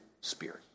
Spirit